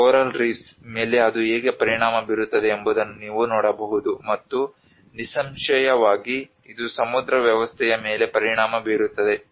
coral reefs ಮೇಲೆ ಅದು ಹೇಗೆ ಪರಿಣಾಮ ಬೀರುತ್ತದೆ ಎಂಬುದನ್ನು ನೀವು ನೋಡಬಹುದು ಮತ್ತು ನಿಸ್ಸಂಶಯವಾಗಿ ಇದು ಸಮುದ್ರ ವ್ಯವಸ್ಥೆಯ ಮೇಲೆ ಪರಿಣಾಮ ಬೀರುತ್ತದೆ